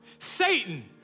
Satan